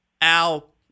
Al